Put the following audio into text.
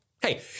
hey